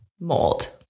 mold